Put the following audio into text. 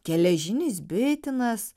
geležinis bitinas